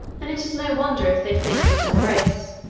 and it is no wonder if they fainted in the race,